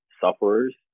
sufferers